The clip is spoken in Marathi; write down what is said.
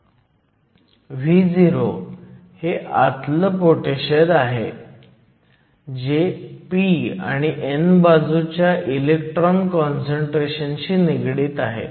Vo हे आतील पोटेनशीयल आहे जे p आणि n बाजूच्या इलेक्ट्रॉन काँसंट्रेशन शी निगडित आहे